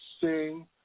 sing